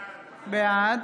בעד